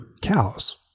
cows